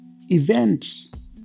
events